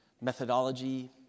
methodology